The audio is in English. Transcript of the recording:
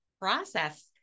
process